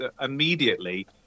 immediately